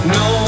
no